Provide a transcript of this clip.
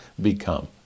become